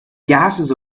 gases